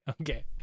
Okay